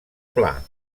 pla